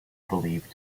belief